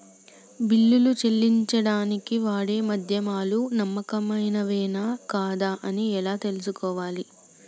బిల్లులు చెల్లించడానికి వాడే మాధ్యమాలు నమ్మకమైనవేనా కాదా అని ఎలా తెలుసుకోవాలే?